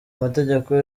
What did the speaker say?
amategeko